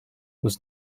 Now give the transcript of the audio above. was